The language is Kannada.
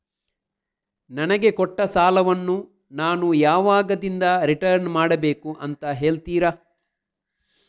ನನಗೆ ಕೊಟ್ಟ ಸಾಲವನ್ನು ನಾನು ಯಾವಾಗದಿಂದ ರಿಟರ್ನ್ ಮಾಡಬೇಕು ಅಂತ ಹೇಳ್ತೀರಾ?